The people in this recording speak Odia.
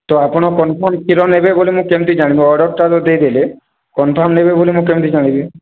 ତ ଆପଣ କନଫର୍ମ କ୍ଷୀର ନେବେ ବୋଲି କେମିତି ଜାଣିବି ଅର୍ଡରଟା ତ ଦେଇଦେଲେ କନଫର୍ମ ନେବେ ବୋଲି ମୁଁ କେମିତି ଜାଣିବି